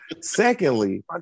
Secondly